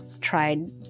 tried